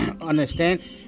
...understand